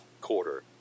quarter